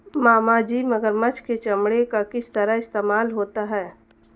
मामाजी मगरमच्छ के चमड़े का किस तरह इस्तेमाल होता है?